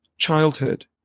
childhood